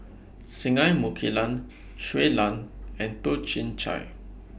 Singai Mukilan Shui Lan and Toh Chin Chye